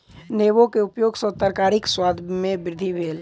नेबोक उपयग सॅ तरकारीक स्वाद में वृद्धि भेल